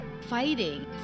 fighting